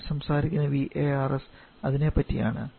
നിങ്ങൾ സംസാരിക്കുന്ന VARS അതിനെപ്പറ്റി ആണ്